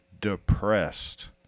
depressed